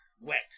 Wet